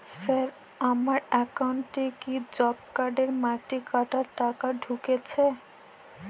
Sir আমার একাউন্টে কি জব কার্ডের মাটি কাটার টাকা ঢুকেছে?